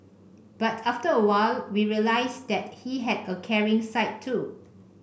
but after a while we realised that he had a caring side too